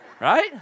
right